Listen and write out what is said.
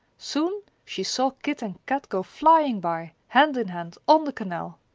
soon she saw kit and kat go flying by, hand in hand, on the canal!